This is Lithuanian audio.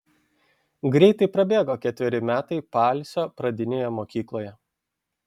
greitai prabėgo ketveri metai paalsio pradinėje mokykloje